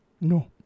No